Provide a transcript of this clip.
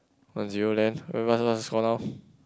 one zero then what what's the score now